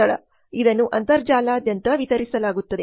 ಸ್ಥಳ ಇದನ್ನು ಅಂತರ್ಜಾಲದಾದ್ಯಂತ ವಿತರಿಸಲಾಗುತ್ತದೆ